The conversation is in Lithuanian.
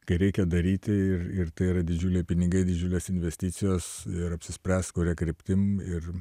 kai reikia daryti ir ir tai yra didžiuliai pinigai didžiulės investicijos ir apsispręst kuria kryptim ir